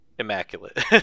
immaculate